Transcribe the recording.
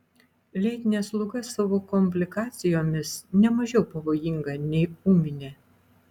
lėtinė sloga savo komplikacijomis ne mažiau pavojinga nei ūminė